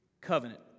Covenant